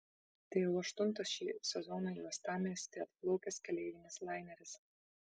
tai jau aštuntas šį sezoną į uostamiestį atplaukęs keleivinis laineris